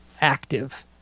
active